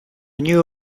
knew